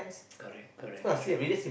correct correct that's true